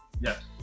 Yes